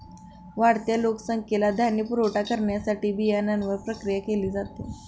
वाढत्या लोकसंख्येला धान्य पुरवठा करण्यासाठी बियाण्यांवर प्रक्रिया केली जाते